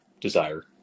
desire